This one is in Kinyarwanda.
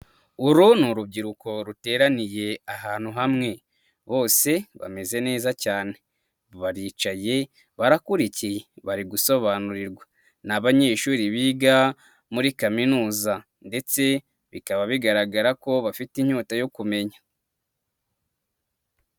Uru ni urubyiruko ruteraniye ahantu hamwe, bose bameze neza cyane baricaye barakurikiye bari gusobanurirwa. Ni abanyeshuri biga muri kaminuza ndetse bikaba bigaragara ko bafite inyota yo kumenya.